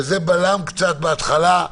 וזה בלם קצת בהתחלה.